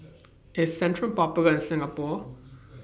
IS Centrum Popular in Singapore